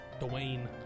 Dwayne